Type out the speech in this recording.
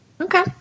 Okay